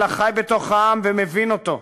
אלא חי בתוך העם ומבין אותו.